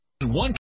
One